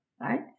right